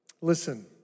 Listen